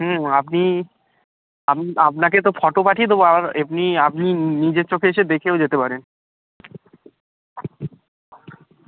হুঁ হুঁ আপনি আমি আপনাকে তো ফটো পাঠিয়ে দেবো আর এমনি আপনি নি নিজের চোখে এসে দেখেও যেতে পারেন